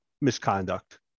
misconduct